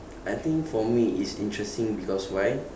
I think for me it's interesting because why